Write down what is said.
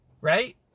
right